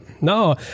No